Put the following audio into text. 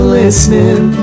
listening